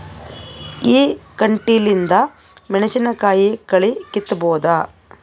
ಈ ಕಂಟಿಲಿಂದ ಮೆಣಸಿನಕಾಯಿ ಕಳಿ ಕಿತ್ತಬೋದ?